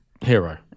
hero